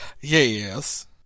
Yes